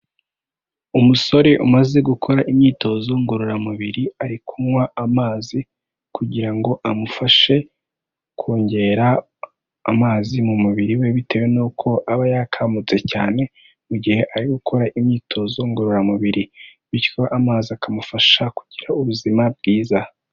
Umusore umaze gukora imyitozo ngororamubiri, ari kunywa amazi kugira ngo amufashe kongera amazi mu mubiri we, bitewe n'uko aba yakamutse cyane mu gihe ari gukora imyitozo ngororamubiri bityo amazi akamufasha kugira ubuzima bwiza.